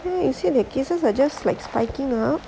you see the cases are just like spiking ah